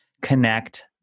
connect